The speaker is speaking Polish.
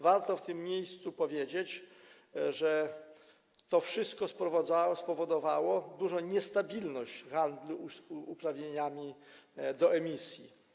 Warto w tym miejscu powiedzieć, że to wszystko spowodowało dużą niestabilność w handlu uprawnieniami do emisji.